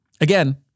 Again